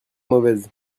mauvaise